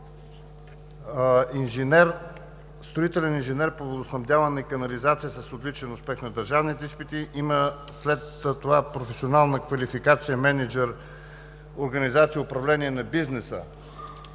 строителен инженер по водоснабдяване и канализация с отличен успех на държавните изпити. След това има професионална квалификация –мениджър „Организация и управление на бизнеса“.